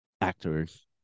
actors